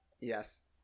Yes